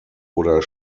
oder